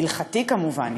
הלכתי כמובן,